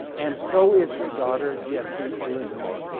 and so is her daughter, jesse elizabeth.